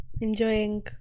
Enjoying